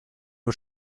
nur